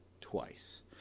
twice